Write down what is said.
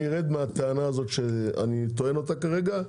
אני ארד מהטענה שאני טוען כרגע,